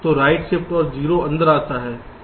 तो right shift और 0 अंदर आता है